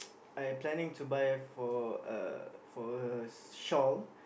I planning to buy for uh for her shawl